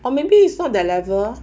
or maybe it's not that level